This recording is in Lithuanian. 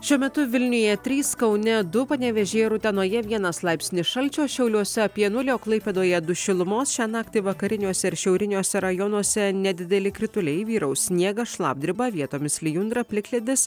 šiuo metu vilniuje trys kaune du panevėžyje ir utenoje vienas laipsnis šalčio šiauliuose apie nulį o klaipėdoje du šilumos šią naktį vakariniuose ir šiauriniuose rajonuose nedideli krituliai vyraus sniegas šlapdriba vietomis lijundra plikledis